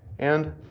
and,